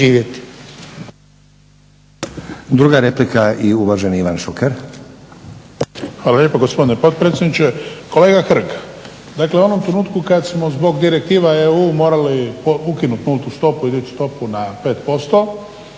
Druga replika i uvaženi Ivan Šuker. **Šuker, Ivan (HDZ)** Hvala lijepo gospodine potpredsjedniče. Kolega Hrg, dakle u onom trenutku kad smo zbog direktiva EU morali ukinut nultu stopu i dići stopu na 5%.